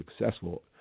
successful